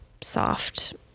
soft